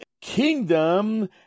kingdom